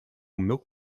milk